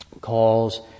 calls